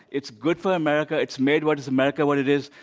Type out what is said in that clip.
it's good for america. it's made what is america what it is.